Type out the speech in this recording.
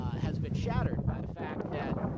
has been shattered by the fact that,